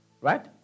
Right